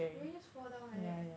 really just fall down like that